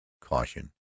caution